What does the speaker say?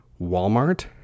Walmart